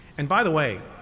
and by the way,